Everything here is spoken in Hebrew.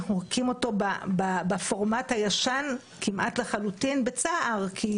אנחנו מחוקקים אותו בפורמט הישן כמעט לחלוטין בצער כמעט,